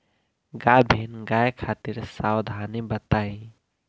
गाभिन गाय खातिर सावधानी बताई?